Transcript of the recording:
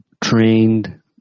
trained